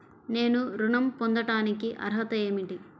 నేను ఋణం పొందటానికి అర్హత ఏమిటి?